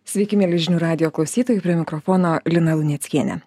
sveiki mieli žinių radijo klausytojai prie mikrofono lina luneckienė